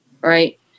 Right